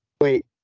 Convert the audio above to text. wait